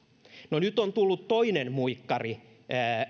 no nyt on tullut toinen muikkari